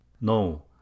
no